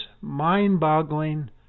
mind-boggling